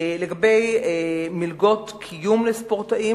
לגבי מלגות קיום לספורטאים,